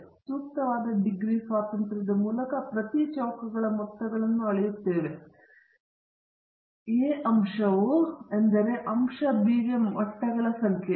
ಮತ್ತು ನಾವು ಸೂಕ್ತವಾದ ಡಿಗ್ರಿ ಸ್ವಾತಂತ್ರ್ಯದ ಮೂಲಕ ಪ್ರತಿ ಚೌಕಗಳ ಮೊತ್ತವನ್ನು ಅಳೆಯುತ್ತೇವೆ ಎ ಅಂಶವು ಎ ಎಂದರೆ ಅಂಶ ಬಿ ಗೆ ಮಟ್ಟಗಳ ಸಂಖ್ಯೆ